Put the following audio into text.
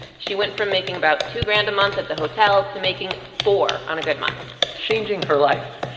she went from making about two grand a month at the hotel to making four, on a good month changing her life.